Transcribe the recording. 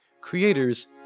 creators